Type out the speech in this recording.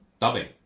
dubbing